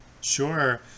Sure